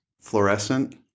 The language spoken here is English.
fluorescent